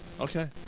Okay